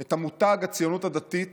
את המותג הציונות הדתית